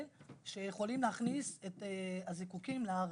שיכולים להכניס את הזיקוקין לארץ.